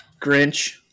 Grinch